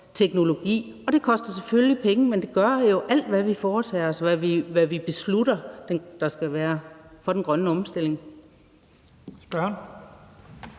teknologi. Det koster selvfølgelig penge, men sådan er det jo med alt, hvad vi foretager os, og hvad vi beslutter der skal gøres for den grønne omstilling.